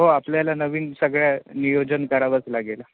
हो आपल्याला नवीन सगळ्या नियोजन करावंच लागेल